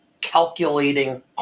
calculating